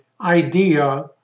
idea